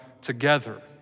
together